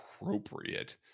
appropriate